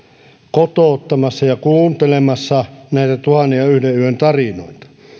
kotouttamassa ja kuuntelemassa näitä tuhannen ja yhden yön tarinoita